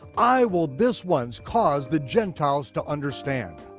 i will this once cause the gentiles to understand.